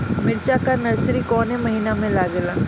मिरचा का नर्सरी कौने महीना में लागिला?